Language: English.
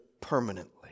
permanently